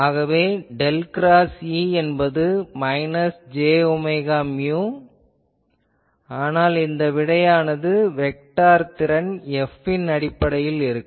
ஆகவே del cross E என்பது minus j omega mu ஆனால் இந்த விடையானது வெக்டார் திறன் F ன் அடிப்படையில் இருக்கும்